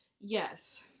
Yes